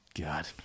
God